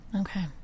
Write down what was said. Okay